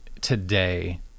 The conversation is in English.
today